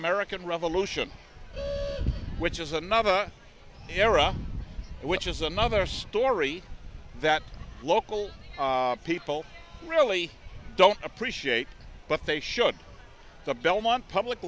american revolution which is another era which is another story that local people really don't appreciate but they should the belmont public